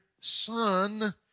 Son